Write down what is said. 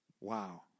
Wow